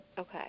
Okay